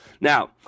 Now